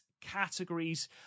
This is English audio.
categories